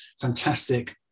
fantastic